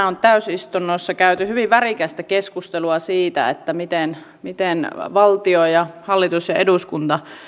on täysistunnossa käyty hyvin värikästä keskustelua siitä miten miten valtio ja hallitus ja eduskunta